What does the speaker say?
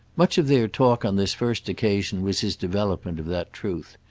much of their talk on this first occasion was his development of that truth.